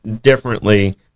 differently